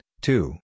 two